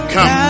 Come